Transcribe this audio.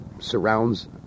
surrounds